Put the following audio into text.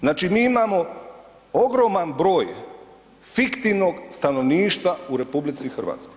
Znači mi imamo ogroman broj fiktivnog stanovništva u RH.